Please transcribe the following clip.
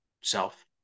self